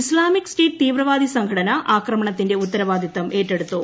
Islamic State തീവ്രവാദി സംഘടന ആക്രമണത്തിന്റെ ഉത്തരവാദിത്വം ഏറ്റെടുത്തു